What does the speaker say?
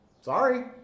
Sorry